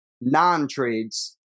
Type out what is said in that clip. non-trades